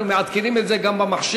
אנחנו מעדכנים את זה גם במחשב,